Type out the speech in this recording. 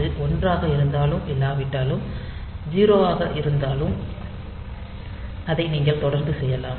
அது 1 ஆக இருந்தாலும் இல்லாவிட்டால் 0 ஆக இருந்தாலும் அதை நீங்கள் தொடர்ந்து செய்யலாம்